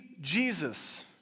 Jesus